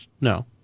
no